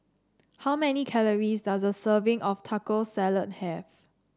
how many calories does a serving of Taco Salad have